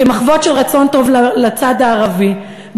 כמחוות של רצון טוב לצד הערבי,